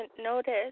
notice